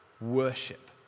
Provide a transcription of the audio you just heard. worship